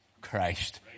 Christ